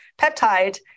peptide